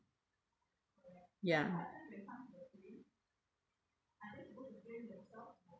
ya